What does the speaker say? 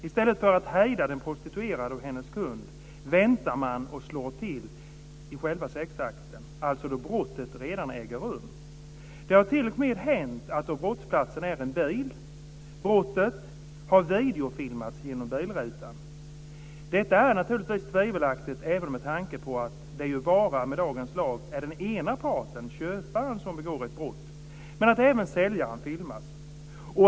I stället för att hejda den prostituerade och hennes kund väntar man och slår till i samband med själva sexakten, alltså då brottet redan äger rum. Det har t.o.m. hänt att brottet, då brottsplatsen är en bil, har videofilmats genom bilrutan. Detta är naturligtvis tvivelaktigt även med tanke på att det ju med dagens lag bara är den ena parten, köparen, som begår ett brott. Men även säljaren filmas.